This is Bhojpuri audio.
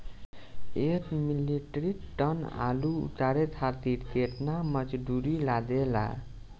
एक मीट्रिक टन आलू उतारे खातिर केतना मजदूरी लागेला?